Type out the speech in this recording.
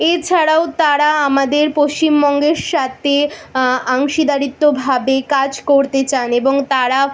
এছাড়াও তারা আমাদের পশ্চিমবঙ্গের সাথে অংশীদারিত্বভাবে কাজ করতে চান এবং তারা